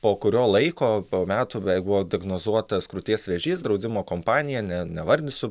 po kurio laiko po metų beveik buvo diagnozuotas krūties vėžys draudimo kompanija ne nevardysiu